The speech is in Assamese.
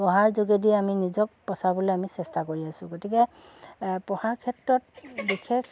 পঢ়াৰ যোগেদি আমি নিজক বচাবলৈ আমি চেষ্টা কৰি আছোঁ গতিকে পঢ়াৰ ক্ষেত্ৰত বিশেষ